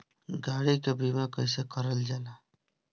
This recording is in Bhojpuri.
गाड़ी के बीमा कईसे करल जाला?